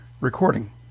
recording